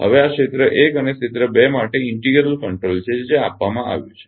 હવે આ ક્ષેત્ર 1 અને ક્ષેત્ર 2 માટે ઇન્ટિગ્રલ કંટ્રોલર છે જે આપવામાં આવ્યું છે